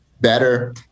better